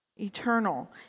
eternal